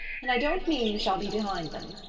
and i don't mean you shall be behind them.